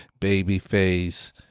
babyface